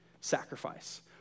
sacrifice